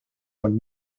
von